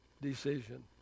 decision